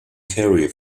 carey